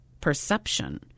perception